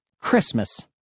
Christmas